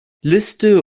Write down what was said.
liste